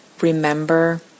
remember